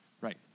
Right